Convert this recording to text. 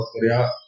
korea